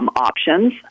Options